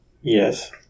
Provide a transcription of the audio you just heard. Yes